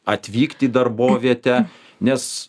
atvykt į darbovietę nes